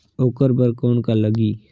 ओकर बर कौन का लगी?